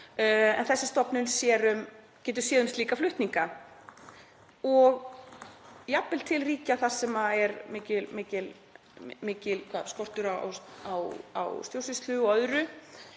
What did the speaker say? en þessi stofnun getur séð um slíka flutninga og jafnvel til ríkja þar sem er mikill skortur á stjórnsýslu og öðru.